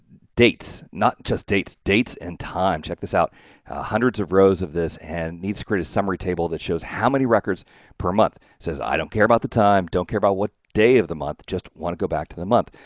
dates, not just dates, dates and time check this out hundreds of rows of this and needs to create a summary table that shows how many records per month says, i don't care about the time, don't care about what day of the month, just want to go back to the month.